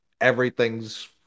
Everything's